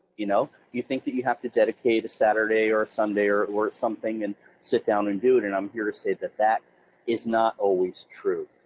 you know you think that you have to dedicate a saturday or sunday or or something, and sit down and do it, and i'm here to say that that is not always true.